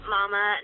Mama